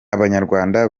abanyarwanda